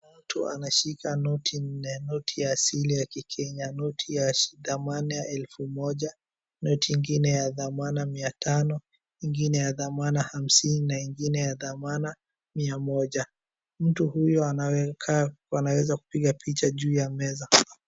Mtu ameshika noti nne. Noti ya asili ya kikenya, noti ya dhamana elfu moja, noti ingine ya dhamana mia tano, ingine ya dhamana hamsini na ingine ya dhamana mia moja. Mtu huyo anaweza kupiga picha juu ya meza.